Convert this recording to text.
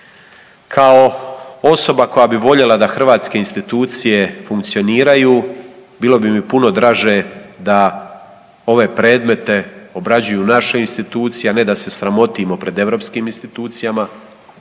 Kao osoba koja bi voljela da hrvatske institucije funkcioniraju bilo bi mi puno draže da ove predmete obrađuju naše institucije, a ne da se sramotimo pred europskim institucijama,